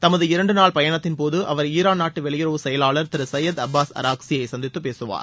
தமது இரண்டுநாள் பயணத்தின்போது அவர் ஈரான் நாட்டு வெளியுறவு செயலாளர் திருசயது அப்பாஸ் அராக்சி யை சந்தித்துப் பேசுவார்